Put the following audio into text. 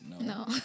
No